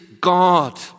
God